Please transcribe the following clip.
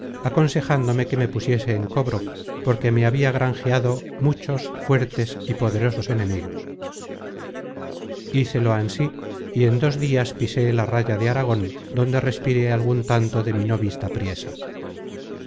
aconsejándome que me pusiese en cobro porque me habia granjeado muchos fuertes y poderosos enemigos hícelo ansí y en dos dias pisé la raya de aragon donde respiré algun tanto de mi no vista priesa